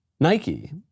Nike